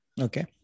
Okay